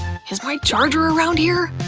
is my charger around here?